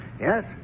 Yes